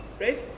right